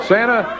Santa